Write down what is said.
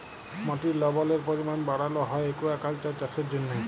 মাটির লবলের পরিমাল বাড়ালো হ্যয় একুয়াকালচার চাষের জ্যনহে